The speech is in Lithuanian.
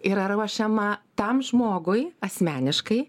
yra ruošiama tam žmogui asmeniškai